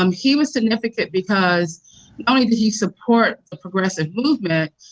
um he was significant because not only did he support the progressive movement,